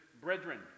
brethren